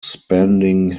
spending